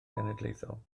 genedlaethol